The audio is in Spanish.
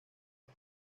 los